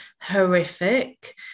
horrific